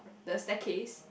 the staircase